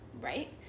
Right